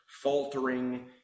faltering